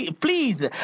please